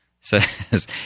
says